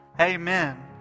amen